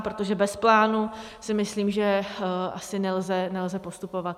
Protože bez plánu si myslím, že asi nelze postupovat.